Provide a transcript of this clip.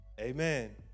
Amen